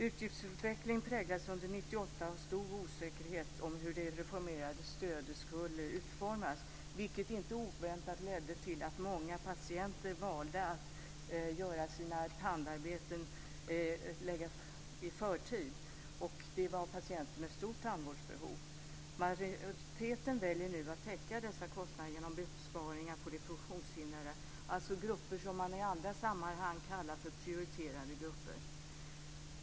Utgiftsutvecklingen präglades under 1998 av stor osäkerhet om hur det reformerade stödet skulle utformas, vilket inte oväntat ledde till att många patienter valde att få tandarbeten utförda i förtid. Det var patienter med stort tandvårdsbehov. Majoriteten väljer nu att täcka dessa kostnader genom besparingar på de funktionshindrade, alltså grupper som man i andra sammanhang kallar för prioriterade grupper.